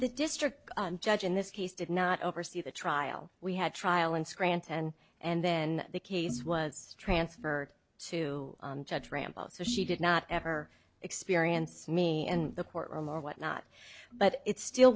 the district judge in this case did not oversee the trial we had trial in scranton and then the case was transferred to judge rambles so she did not ever experience me and the court room or what not but it still